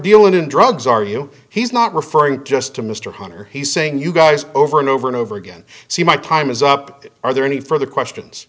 dealing in drugs are you he's not referring to just to mr hunter he's saying you guys over and over and over again see my time is up are there any further questions